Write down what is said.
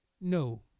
No